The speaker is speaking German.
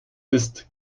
ist